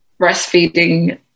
breastfeeding